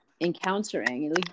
encountering